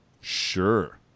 sure